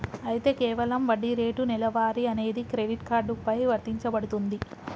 అయితే కేవలం వడ్డీ రేటు నెలవారీ అనేది క్రెడిట్ కార్డు పై వర్తించబడుతుంది